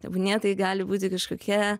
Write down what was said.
tebūnie tai gali būti kažkokia